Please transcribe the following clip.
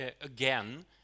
again